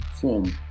form